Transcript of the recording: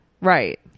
Right